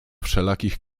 wszelakich